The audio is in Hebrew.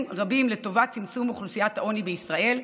רבים לטובת צמצום אוכלוסיית העוני בישראל,